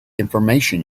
information